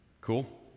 Cool